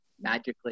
magically